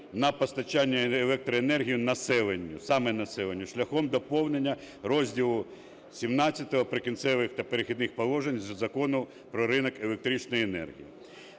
на постачання електроенергії населенню, саме населенню шляхом доповнення розділу XVII "Прикінцевих та перехідних положень" Закону "Про ринок електричної енергії".